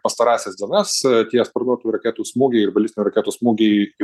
pastarąsias dienas tie sparnuotųjų raketų smūgiai ir balistinių raketų smūgiai